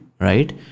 Right